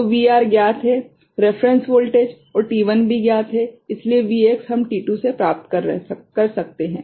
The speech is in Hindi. तो VR ज्ञात है रेफेरेंस वोल्टेज और t1 भी ज्ञात है इसलिए Vx हम t2 से प्राप्त कर सकते हैं